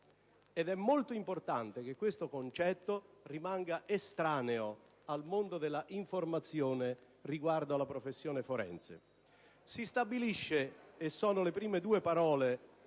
È molto importante che questo concetto rimanga estraneo al mondo dell'informazione riguardo alla professione forense. Si stabilisce, sono le prime due parole